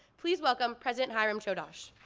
please welcome, president hiram chodosh.